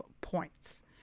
points